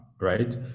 right